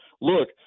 Look